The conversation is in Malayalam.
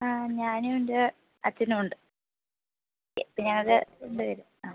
ആ ഞാനും എന്റെ അച്ഛനുമുണ്ട് ഇപ്പം ഞങ്ങള് രണ്ട് പേരും ആ